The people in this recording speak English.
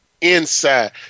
inside